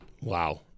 Wow